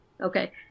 Okay